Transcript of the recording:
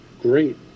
great